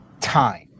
time